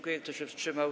Kto się wstrzymał?